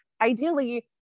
ideally